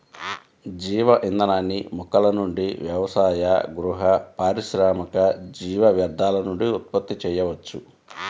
జీవ ఇంధనాన్ని మొక్కల నుండి వ్యవసాయ, గృహ, పారిశ్రామిక జీవ వ్యర్థాల నుండి ఉత్పత్తి చేయవచ్చు